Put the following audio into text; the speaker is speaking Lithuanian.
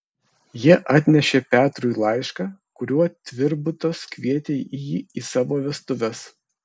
jie atnešė petrui laišką kuriuo tvirbutas kvietė jį į savo vestuves